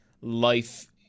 life